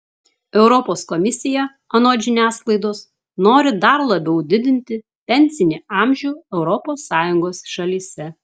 europos komisija anot žiniasklaidos nori dar labiau didinti pensinį amžių europos sąjungos šalyse